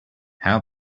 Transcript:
how